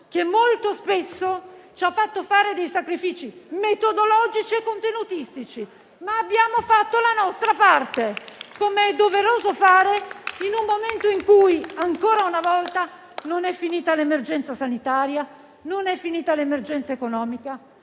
che molto spesso ci ha fatto fare dei sacrifici metodologici e contenutistici. Abbiamo però fatto la nostra parte, come è doveroso fare in un momento in cui, ancora una volta, non sono finite l'emergenza sanitaria e quella economica,